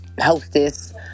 hostess